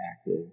active